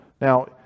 Now